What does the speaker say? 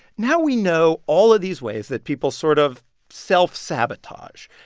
now we know all of these ways that people sort of self-sabotage.